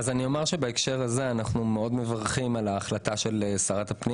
בהקשר הזה אנחנו מברכים על ההחלטה של שרת הפנים